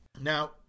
Now